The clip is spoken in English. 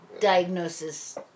diagnosis